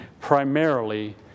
primarily